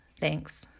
Thanks